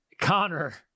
Connor